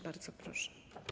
Bardzo proszę.